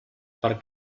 per